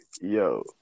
yo